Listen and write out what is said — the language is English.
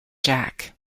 jack